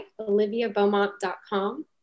oliviabeaumont.com